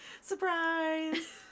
Surprise